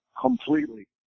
completely